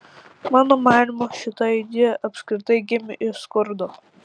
mano manymu šita idėja apskritai gimė iš skurdo